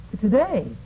Today